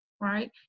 right